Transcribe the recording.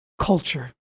culture